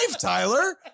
Tyler